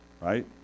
Right